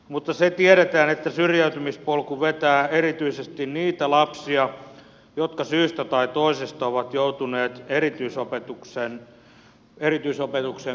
mutta se tiedetään että syrjäytymispolku vetää erityisesti niitä lapsia jotka syystä tai toisesta ovat joutuneet erityisopetukseen perusopetuksen aikana